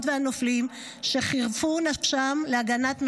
והנופלים שחירפו נפשם להגנת מדינתנו.